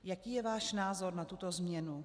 Jaký je váš názor na tuto změnu?